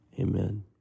amen